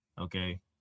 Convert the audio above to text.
Okay